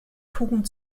fugen